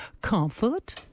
comfort